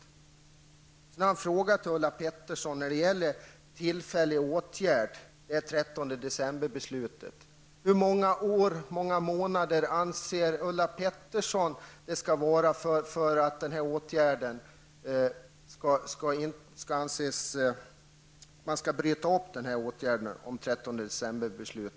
Sedan har jag en fråga till Ulla Pettersson om den tillfälliga åtgärd som 13 december-beslutet sägs utgöra. Hur många år eller månader anser Ulla Pettersson att det skall gå innan regeringen upphäver 13 december-beslutet?